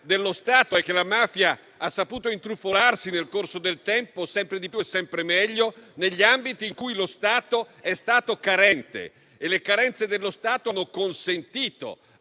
problema è che la mafia ha saputo intrufolarsi nel corso del tempo, sempre di più e sempre meglio, negli ambiti in cui lo Stato è stato carente, e le carenze dello Stato hanno consentito